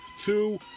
two